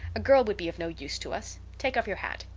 a girl would be of no use to us. take off your hat.